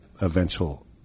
eventual